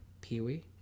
Pee-wee